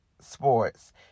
sports